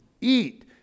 Eat